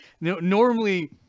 normally